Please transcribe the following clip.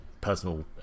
personal